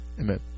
Amen